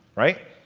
right?